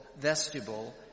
vestibule